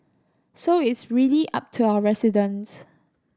so it's really up to our residents